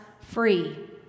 free